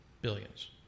Billions